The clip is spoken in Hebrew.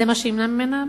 זה מה שימנע ממנה?